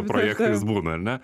projektais būna ar ne